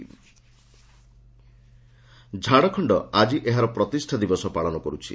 ଝାଡ଼ଖଣ୍ଡ ଦିବସ ଝାଡ଼ଖଣ୍ଡ ଆଜି ଏହାର ପ୍ରତିଷ୍ଠା ଦିବସ ପାଳନ କରୁଛି